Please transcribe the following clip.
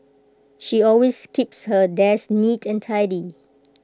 she always keeps her desk neat and tidy